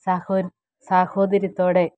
സാഹോദര്യത്തോടെ